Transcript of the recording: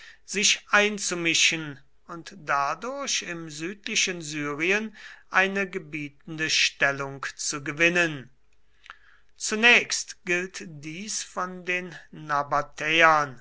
sich einzumischen und dadurch im südlichen syrien eine gebietende stellung zu gewinnen zunächst gilt dies von den